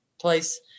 place